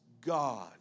God